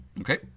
Okay